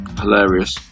hilarious